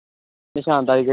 निशान दाई करी दिन्ने ठीक ऐ